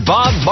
Bob